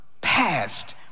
past